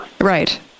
Right